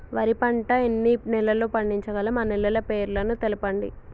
వరి పంట ఎన్ని నెలల్లో పండించగలం ఆ నెలల పేర్లను తెలుపండి?